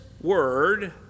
word